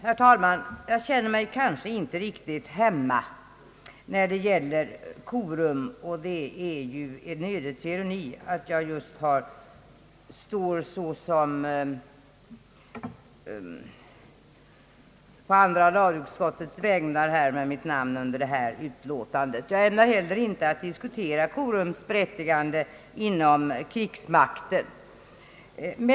Herr talman! Jag känner mig inte riktigt hemma när det gäller korum. Det är en ödets ironi att just jag på andra lagutskottets vägnar har undertecknat detta utlåtande. Jag ämnar heller inte diskutera korums berättigande inom krigsmakten.